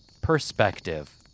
perspective